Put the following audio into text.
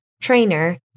trainer